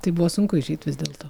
tai buvo sunku išeiti vis dėlto